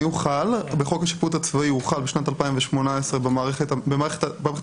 בחוק השיפוט הצבאי הוא חל כולו משנת 2018 במערכת הצבאית.